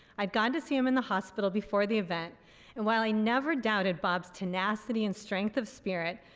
i'd gone to see him in the hospital before the event and while i never doubted bob's tenacity and strength of spirit,